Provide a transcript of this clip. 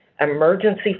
emergency